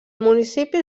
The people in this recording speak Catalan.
municipi